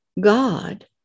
God